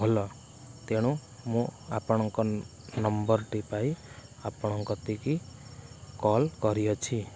ଭଲ ତେଣୁ ମୁଁ ଆପଣଙ୍କ ନମ୍ବର୍ଟି ପାଇ ଆପଣଙ୍କ କତିକି କଲ୍ କରିଅଛି